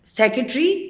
secretary